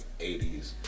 80s